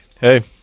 Hey